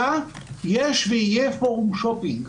היה, יש ויהיה פורום שופינג.